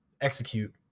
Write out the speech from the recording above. execute